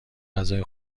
غذای